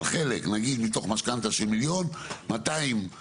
נגיד מתוך משכנתא של מיליון 200,000,